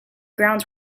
grounds